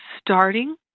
starting